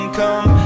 come